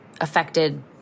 affected